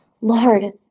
Lord